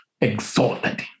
exalted